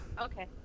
Okay